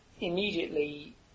immediately